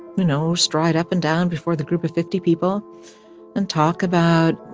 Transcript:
you know, stride up and down before the group of fifty people and talk about,